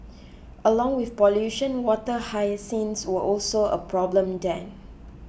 along with pollution water hyacinths were also a problem then